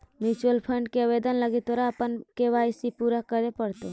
mutual fund के आवेदन लागी तोरा अपन के.वाई.सी पूरा करे पड़तो